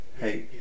Hey